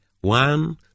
One